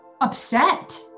upset